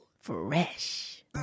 Fresh